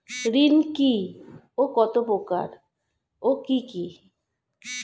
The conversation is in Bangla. ঋণ কি ও কত প্রকার ও কি কি?